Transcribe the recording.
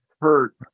hurt